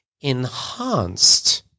enhanced